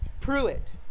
Pruitt